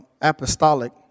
apostolic